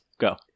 Go